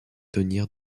tenir